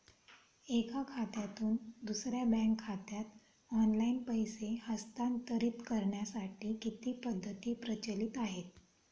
एका खात्यातून दुसऱ्या बँक खात्यात ऑनलाइन पैसे हस्तांतरित करण्यासाठी किती पद्धती प्रचलित आहेत?